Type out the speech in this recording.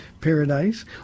paradise